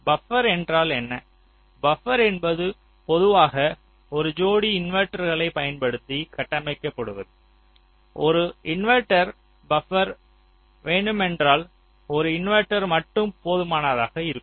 buffer என்றால் என்ன buffer என்பது பொதுவாக ஒரு ஜோடி இன்வெர்ட்டர்களைப் பயன்படுத்தி கட்டமைக்கப்படுவது ஒரு இன்வெர்ட்டர் பபர் வேண்டுமென்றால் ஒரு இன்வெர்ட்டர் மட்டும் போதுமானதாக இருக்கும்